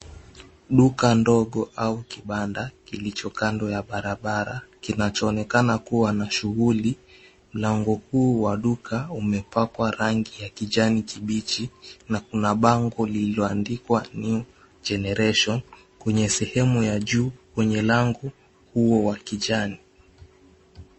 Duka ndogo au kibanda kilicho kando ya barabara kinachoonekana kuwa na shughuli. Mlango kuu wa duka umepakwa rangi ya kijani kibichi na kuna bango lililoandikwa, New Generation kwenye sehemu ya juu kwenye lango huo wa kijani.